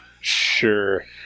sure